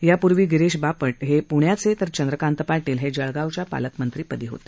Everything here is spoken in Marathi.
यापूर्वी गिरीश बापट हे प्ण्याचे तर चंद्रकांत पाटील हे जळगावच्या पालकमंत्रीपदी होते